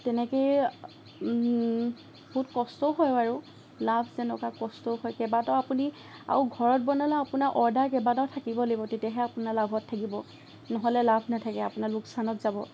তেনেকেই বহুত কষ্ট হয় বাৰু লাভ যেনেকুৱা কষ্টও হয় কেইবাটাও আপুনি আৰু ঘৰত বনালে আপোনাৰ অৰ্ডাৰ কেইবাটাও থাকিব লাগিব তেতিয়াহে আপোনাৰ লাভত থাকিব নহ'লে লাভ নাথাকে আপোনাৰ লোকচানত যাব